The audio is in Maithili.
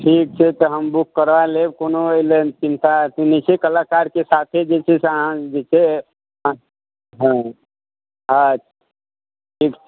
ठीक छै तऽ बुक करबा लेब कोनो एहि लए चिन्ता नहि छै कलाकार के साथे जे छै अहाँ जे छै हाँ अच्छा ठीक छै